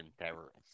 terrorists